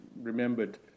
remembered